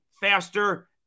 faster